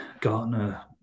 Gartner